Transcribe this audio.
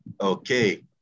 Okay